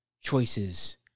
choices